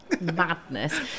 Madness